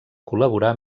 col·laborar